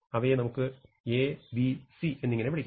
അവയെ നമുക്ക് A B C എന്നിങ്ങനെ വിളിക്കാം